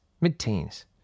mid-teens